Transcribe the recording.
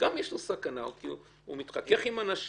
גם בו יש סכנה כי הוא מתחכך עם אנשים,